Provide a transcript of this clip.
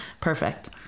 Perfect